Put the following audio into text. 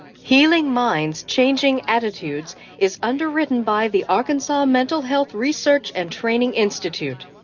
healing minds, changing attitudes is underwritten by the um and so um mental health research and training institute.